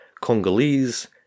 Congolese